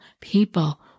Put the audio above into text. people